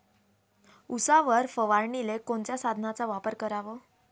उसावर फवारनीले कोनच्या साधनाचा वापर कराव?